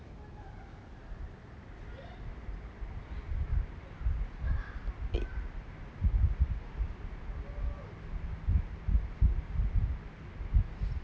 i~